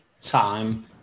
time